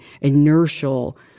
inertial